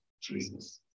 Jesus